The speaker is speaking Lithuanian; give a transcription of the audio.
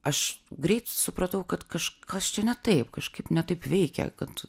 aš greit supratau kad kažkas čia ne taip kažkaip ne taip veikia kad